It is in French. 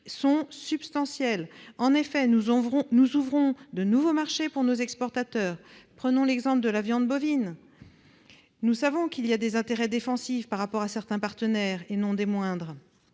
sont substantiels, en ouvrant de nouveaux marchés pour nos exportateurs. Prenons l'exemple de la viande bovine : nous avons des intérêts défensifs à l'égard de certains partenaires, et non des moindres,